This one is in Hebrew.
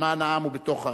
למען העם ובתוך העם,